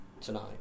tonight